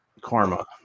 Karma